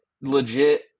legit